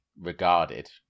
regarded